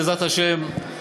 בעזרת השם,